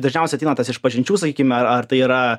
dažniausiai ateina tas išpažinčių sakykim a ar tai yra